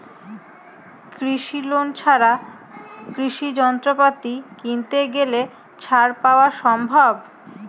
কৃষি লোন ছাড়া কৃষি যন্ত্রপাতি কিনতে গেলে ছাড় পাওয়া সম্ভব?